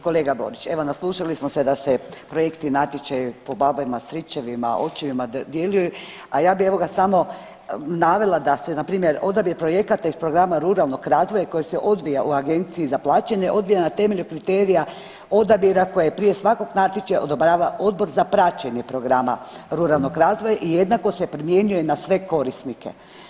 Kolega Borić, evo naslušali smo se da se projekti i natječaji po babama, stričevima i očevima dodjeljuju, a ja bi evo ga samo navela da se npr. odabir projekata iz programa ruralnog razvoja koji se odvija u Agenciji za plaćanje odvija na temelju kriterija odabira koje prije svakog natječaja odobrava Odbor za praćenje programa ruralnog razvoja i jednako se primjenjuje na sve korisnike.